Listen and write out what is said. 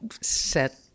set